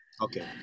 Okay